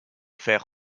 fer